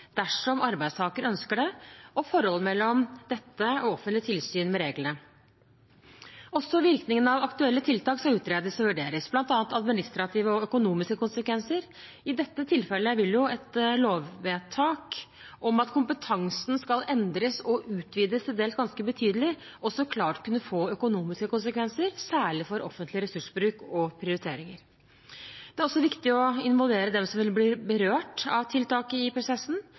dersom arbeidstaker ønsker det, og forholdet mellom dette og offentlig tilsyn med reglene. Også virkningen av aktuelle tiltak skal utredes og vurderes, bl.a. administrative og økonomiske konsekvenser. I dette tilfellet vil et lovvedtak om at kompetansen skal endres og utvides til dels ganske betydelig, også klart kunne få økonomiske konsekvenser, særlig for offentlig ressursbruk og prioriteringer. Det er også viktig å involvere dem som vil bli berørt av tiltak i prosessen.